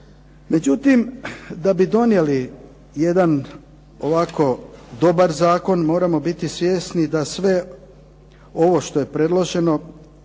Međutim, da bi donijeli jedan ovako dobar Zakon trebamo biti svjesni da sve ovo što je predloženo